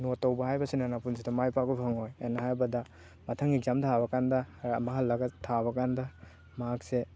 note ꯇꯧꯕ ꯍꯥꯏꯕꯁꯤꯅ ꯅꯄꯨꯟꯁꯤꯗ ꯃꯥꯏ ꯄꯥꯛꯄ ꯐꯪꯉꯣꯏ ꯑꯅ ꯍꯥꯏꯕꯗ ꯃꯊꯪ ꯑꯦꯛꯖꯥꯝ ꯊꯥꯕ ꯀꯥꯟꯗ ꯑꯃꯨꯛ ꯍꯜꯂꯒ ꯊꯥꯕ ꯀꯥꯟꯗ ꯃꯍꯥꯛꯁꯦ